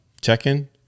check-in